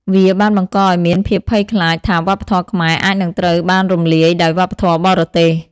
វាបានបង្កឱ្យមានភាពភ័យខ្លាចថាវប្បធម៌ខ្មែរអាចនឹងត្រូវបានរំលាយដោយវប្បធម៌បរទេស។